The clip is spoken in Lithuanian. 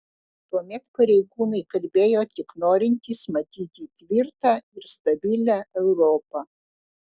tuomet pareigūnai kalbėjo tik norintys matyti tvirtą ir stabilią europą